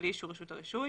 בלי אישור רשות הרישוי.